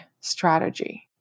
strategy